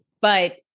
but-